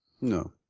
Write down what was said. No